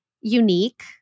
unique